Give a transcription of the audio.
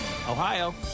Ohio